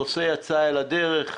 הנושא יצא לדרך,